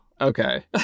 okay